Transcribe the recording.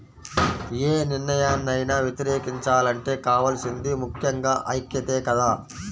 యే నిర్ణయాన్నైనా వ్యతిరేకించాలంటే కావాల్సింది ముక్కెంగా ఐక్యతే కదా